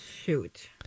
Shoot